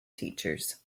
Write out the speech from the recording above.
teachers